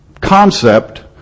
concept